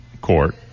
Court